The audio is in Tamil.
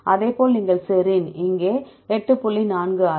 அதேபோல் நீங்கள் செரீன் இங்கே 8